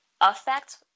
affect